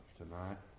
tonight